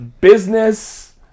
business